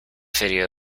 video